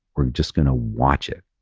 we're just going to watch it.